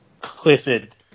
Clifford